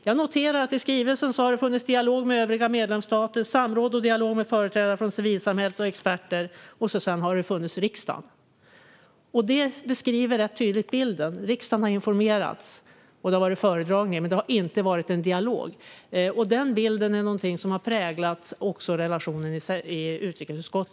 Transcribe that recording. Jag noterar i skrivelsen att det har varit dialoger med övriga medlemsstater, samråd och dialog med företrädare från civilsamhället och experter, och sedan finns riksdagen. Det beskriver rätt tydligt bilden. Riksdagen har informerats och det har varit föredragningar, men det har inte varit en dialog. Den bilden har också präglat relationen i utrikesutskottet.